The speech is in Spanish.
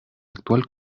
actual